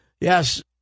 Yes